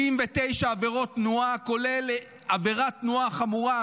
79 עבירות תנועה, כולל עבירת תנועה חמורה.